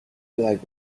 like